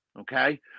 okay